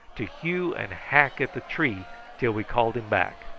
to hew and hack at the tree till we called him back.